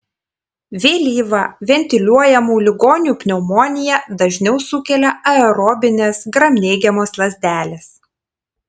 vėlyvą ventiliuojamų ligonių pneumoniją dažniau sukelia aerobinės gramneigiamos lazdelės